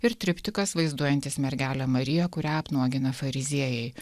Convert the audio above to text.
ir triptikas vaizduojantis mergelę mariją kurią apnuogina fariziejai